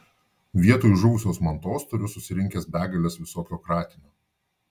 vietoj žuvusios mantos turiu susirinkęs begales visokio kratinio